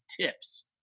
tips